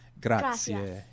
Grazie